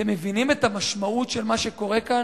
אתם מבינים את המשמעות של מה שקורה כאן,